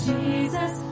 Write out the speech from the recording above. Jesus